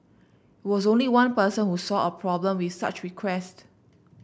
was only one person who saw a problem with such requests